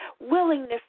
willingness